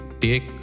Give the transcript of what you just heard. take